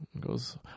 goes